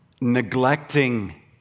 neglecting